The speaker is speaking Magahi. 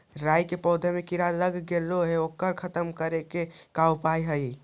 राई के पौधा में किड़ा लग गेले हे ओकर खत्म करे के का उपाय है?